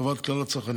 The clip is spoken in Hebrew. לטובת כלל הצרכנים.